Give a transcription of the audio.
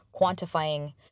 quantifying